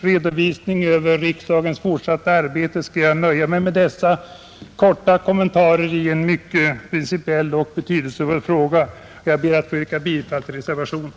Jag skall nöja mig med dessa korta kommentarer i en mycket principiell och betydelsefull fråga. Jag ber att få yrka bifall till reservationen,